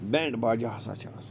band باجہِ ہسا چھِ آسان